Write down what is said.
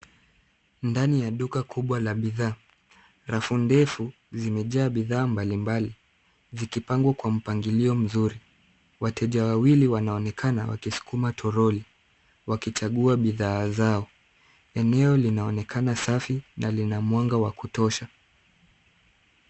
Ndani ya duka kubwa la bidhaa rafu ndefu zimejaa bidhaa mbalimbali zikipangwa kwa mpangilio mzuri. Wateja wawili wanaonekana wakisukuma toroli wakichagua bidhaa zao. Eneo linaonekana safi na lina mwanga wa kutosha.